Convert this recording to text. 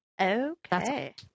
Okay